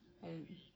and